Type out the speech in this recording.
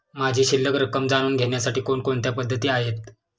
माझी शिल्लक रक्कम जाणून घेण्यासाठी कोणकोणत्या पद्धती आहेत?